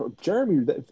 Jeremy